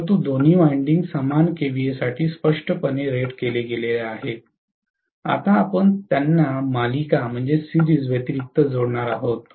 परंतु दोन्ही वाइंडिंग समान केव्हीएसाठी स्पष्टपणे रेट केले गेले आहेत आता आपण त्यांना मालिका व्यतिरिक्त जोडणार आहात